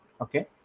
Okay